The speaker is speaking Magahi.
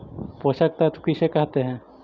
पोषक तत्त्व किसे कहते हैं?